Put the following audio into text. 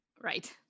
right